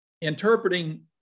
interpreting